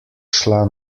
šla